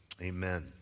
amen